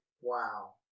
Wow